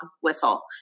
whistle